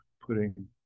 putting